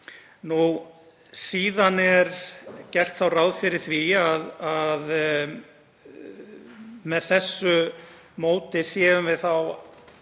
Síðan er gert ráð fyrir því að með þessu móti séum við þá